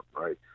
right